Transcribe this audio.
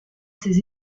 ses